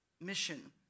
mission